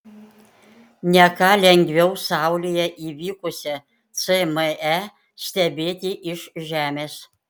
ne ką lengviau saulėje įvykusią cme stebėti iš žemės